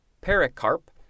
pericarp